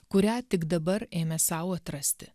kurią tik dabar ėmė sau atrasti